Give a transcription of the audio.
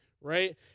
Right